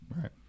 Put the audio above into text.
Right